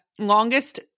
longest